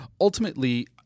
Ultimately